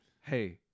hey